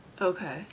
Okay